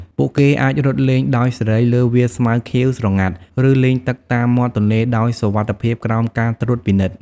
ពួកគេអាចរត់លេងដោយសេរីលើវាលស្មៅខៀវស្រងាត់ ឬលេងទឹកតាមមាត់ទន្លេដោយសុវត្ថិភាពក្រោមការត្រួតពិនិត្យ។